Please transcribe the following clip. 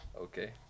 Okay